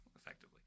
effectively